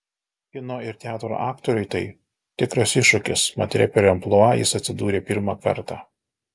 kino ir teatro aktoriui tai tikras iššūkis mat reperio amplua jis atsidūrė pirmą kartą